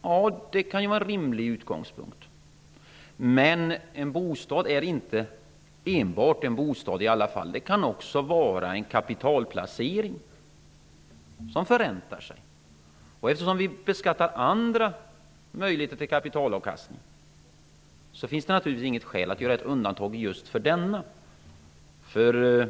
Ja, det kan ju vara en rimlig utgångspunkt. Men en bostad är inte enbart en bostad. Den kan också vara en kapitalplacering som förräntar sig. Eftersom vi beskattar andra möjligheter till kapitalavkastning, finns det naturligtvis inget skäl för att göra undantag just för denna.